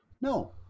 no